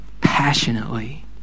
passionately